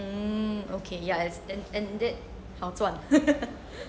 mm okay yes as in ya indeed 好赚